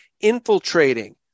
infiltrating